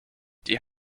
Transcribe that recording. die